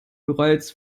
bereits